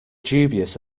dubious